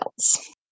else